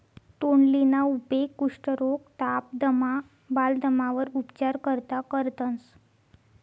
तोंडलीना उपेग कुष्ठरोग, ताप, दमा, बालदमावर उपचार करता करतंस